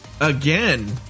Again